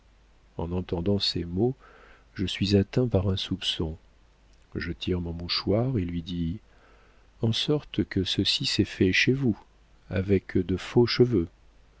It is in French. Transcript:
en entendant ces mots je suis atteint par un soupçon je tire mon mouchoir et lui dis en sorte que ceci s'est fait chez vous avec de faux cheveux